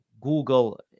Google